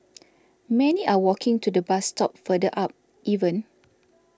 many are walking to the bus stop further up even